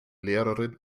lehrerin